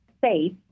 safe